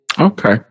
Okay